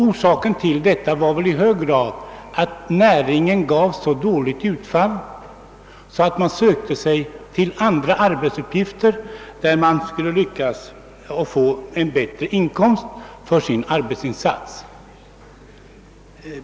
Orsaken till detta har väl i hög grad varit, att näringen givit så små inkomster att dess utövare sökt sig till andra arbetsuppgifter som de räknat med skulle ge ett bättre utbyte.